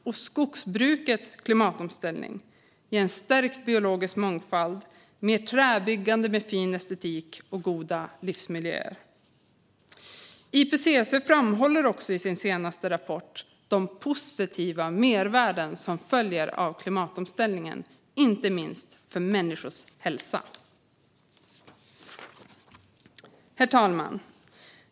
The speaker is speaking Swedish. Och skogsbrukets klimatomställning ger en stärkt biologisk mångfald med träbyggnader med fin estetik och goda livsmiljöer. IPCC framhåller också i sin senaste rapport de positiva mervärden som följer av klimatomställningen, inte minst för människors hälsa. Herr talman!